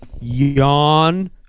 yawn